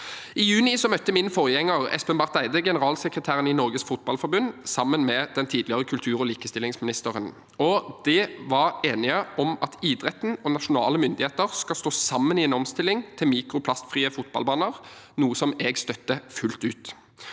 I juni møtte min forgjenger, Espen Barth Eide, generalsekretæren i Norges Fotballforbund, sammen med tidligere kultur- og likestillingsminister Trettebergstuen. De var enige om at idretten og nasjonale myndigheter skal stå sammen i en omstilling til mikroplastfrie fotballbaner, noe jeg støtter fullt ut.